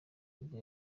nibwo